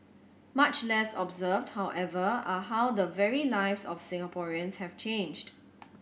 much less observed however are how the very lives of Singaporeans have changed